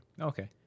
Okay